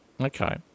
Okay